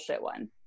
one